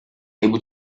able